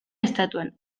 estatuan